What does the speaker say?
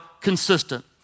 consistent